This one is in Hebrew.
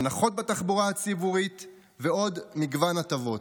הנחות בתחבורה הציבורית ועוד מגוון הטבות.